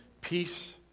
Peace